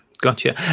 gotcha